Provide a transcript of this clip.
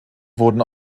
wurden